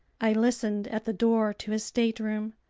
i listened at the door to his stateroom.